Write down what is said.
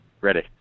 Ready